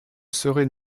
saurait